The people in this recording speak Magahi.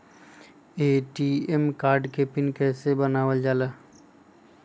ए.टी.एम कार्ड के पिन कैसे बनावल जाला?